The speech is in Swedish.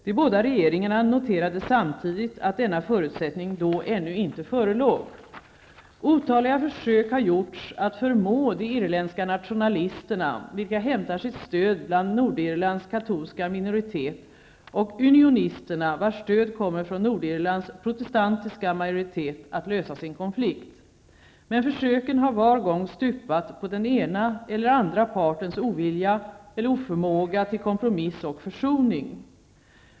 De båda regeringarna noterade samtidigt att denna förutsättning då ännu inte förelåg. Otaliga försök har gjorts att förmå de irländska nationalisterna, vilka hämtar sitt stöd bland Nordirlands katolska minoritet, och unionisterna, vars stöd kommer från Nordirlands protestantiska majortiet, att lösa sin konflikt. Men försöken har var gång stupat på den ena eller andra partens ovilja eller oförmåga till kompromiss och försoning.